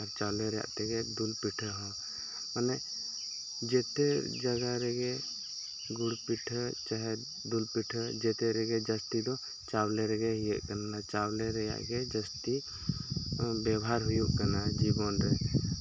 ᱟᱨ ᱪᱟᱣᱞᱮ ᱨᱮᱭᱟᱜ ᱛᱮᱜᱮ ᱫᱩᱞ ᱯᱤᱴᱷᱟᱹ ᱦᱚᱸ ᱢᱟᱱᱮ ᱡᱚᱛᱚ ᱡᱟᱭᱜᱟ ᱨᱮᱜᱮ ᱜᱩᱲ ᱯᱤᱴᱷᱟᱹ ᱪᱟᱦᱮ ᱫᱩᱞ ᱯᱤᱴᱷᱟᱹ ᱡᱚᱛᱚ ᱨᱮᱜᱮ ᱡᱟᱹᱥᱛᱤ ᱫᱚ ᱪᱟᱣᱞᱮ ᱨᱮᱜᱮ ᱤᱭᱟᱹᱜ ᱠᱟᱱᱟ ᱪᱟᱣᱞᱮ ᱨᱮᱭᱟᱜ ᱜᱮ ᱡᱟᱹᱥᱛᱤ ᱵᱮᱵᱷᱟᱨ ᱦᱩᱭᱩᱜ ᱠᱟᱱᱟ ᱡᱤᱵᱚᱱ ᱨᱮ ᱟᱨ